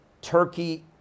Turkey